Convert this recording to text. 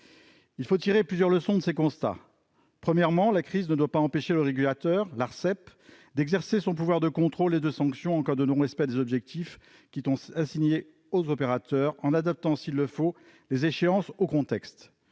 Il faut tirer plusieurs leçons de ces constats. Premier enseignement, la crise ne doit pas empêcher le régulateur- l'Arcep -d'exercer son pouvoir de contrôle et de sanction en cas de non-respect des objectifs assignés aux opérateurs, en adaptant, s'il le faut, les échéances au contexte.